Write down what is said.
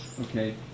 okay